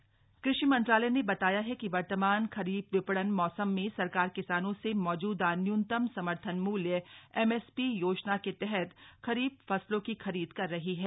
खरीफ फसब कृषि मंत्रालय ने बताया है कि वर्तमान खरीफ विपणन मौसम में सरकार किसानों से मौजूदा न्यूनतम समर्थन मूल्य एमएसपी योजना के तहत खरीफ फसलों की खरीद कर रही है